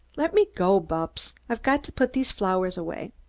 let me go, bupps! i've got to put these flowers away.